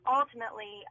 ultimately